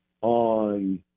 on